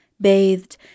bathed